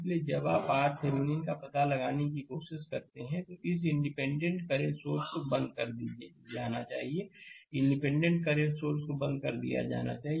इसलिए जब आप RThevenin का पता लगाने की कोशिश करते हैं तो इस इंडिपेंडेंट करंट सोर्स को बंद कर दिया जाना चाहिए इंडिपेंडेंट करंट सोर्स को बंद कर दिया जाना चाहिए